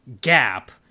gap